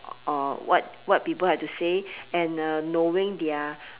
of what what people have to say and uh knowing their